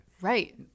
Right